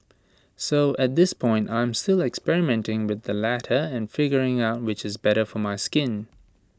so at this point I'm still experimenting with the latter and figuring out which is better for my skin